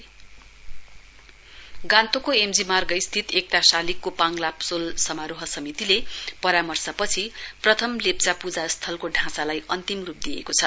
लेप्चा सेरिन गान्तोकको एमजी मार्गस्थित एकता शालिगको पाङ लाब्सोल समारोह समितिले परामर्शपछि प्रथम लेप्चा पूजा स्थलको ढाँचालाई अन्तिम रूप दिएको छ